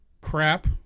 crap